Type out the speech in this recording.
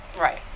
Right